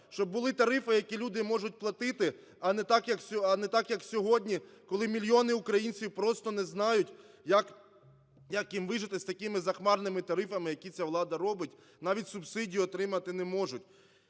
щоби були тарифи, які люди можуть платити, а не так, як сьогодні, коли мільйони українців просто не знають, як їм вижити з такими захмарними тарифами, які ця влада робить, навіть субсидію отримати не можуть.